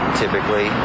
typically